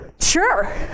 sure